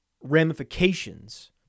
ramifications